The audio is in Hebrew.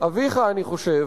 של איזון ובקרה כפי שישנם